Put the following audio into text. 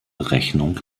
rechnung